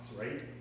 right